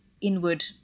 inward